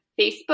Facebook